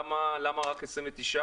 למה רק 29?